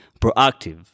proactive